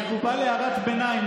מקובל הערת ביניים,